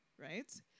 right